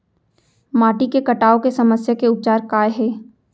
माटी के कटाव के समस्या के उपचार काय हे?